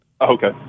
Okay